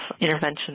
intervention